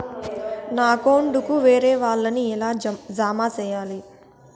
నా అకౌంట్ కు వేరే వాళ్ళ ని ఎలా జామ సేయాలి?